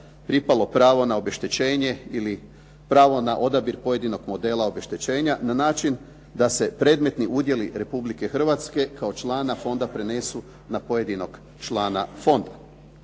pripalo pravo na obeštećenje ili pravo na odabir pojedinog modela obeštećenja na način da se predmetni udjeli Republike Hrvatske kao člana fonda prenesu na pojedinog člana fonda.